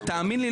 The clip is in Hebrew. ותאמין לי,